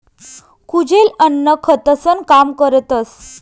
कुजेल अन्न खतंसनं काम करतस